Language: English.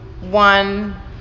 one